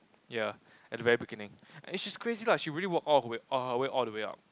yeah at the very beginning and she's crazy lah she really worked all of her way all of her way up